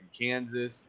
Kansas